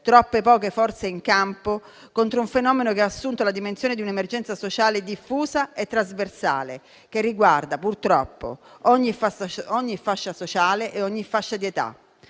poche sono le forze in campo contro un fenomeno che ha assunto la dimensione di un'emergenza sociale diffusa e trasversale, che riguarda purtroppo ogni fascia sociale e ogni fascia di età.